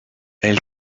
elle